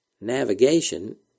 Navigation